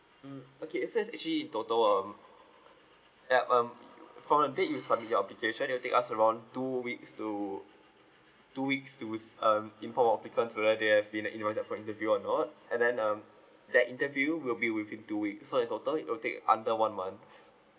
mm okay so it's actually in total um yup um you uh from the date you submit your application it will take us around two weeks to two weeks to s~ um inform our applicants whether they have been invited for interview or not and then um that interview will be within two weeks so in total it will take under one month